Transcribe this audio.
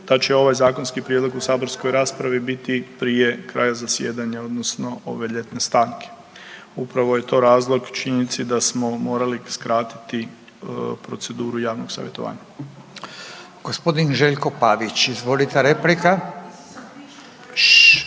da će ovaj zakonski prijedlog u saborskoj raspravi biti prije kraja zasjedanja odnosno ove ljetne stanke. Upravo je to razlog činjenici da smo morali skratiti proceduru javnog savjetovanja. **Radin, Furio (Nezavisni)**